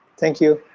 thank you.